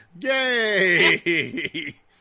Yay